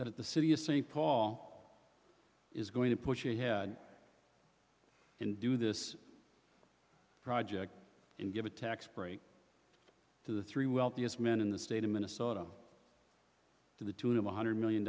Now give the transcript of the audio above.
that the city of st paul is going to push ahead and do this project and give a tax break to the three wealthiest men in the state of minnesota to the tune of one hundred million